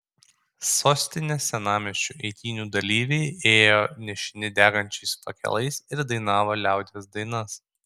sostinės senamiesčiu eitynių dalyviai ėjo nešini degančiais fakelais ir dainavo liaudies dainas